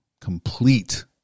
complete